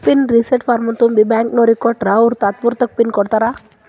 pin reset ಫಾರ್ಮ್ನ ತುಂಬಿ ಬ್ಯಾಂಕ್ನೋರಿಗ್ ಕೊಟ್ರ ಅವ್ರು ತಾತ್ಪೂರ್ತೆಕ ಪಿನ್ ಕೊಡ್ತಾರಾ